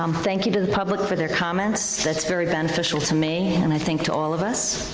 um thank you to the public for their comments. that's very beneficial to me and i think to all of us.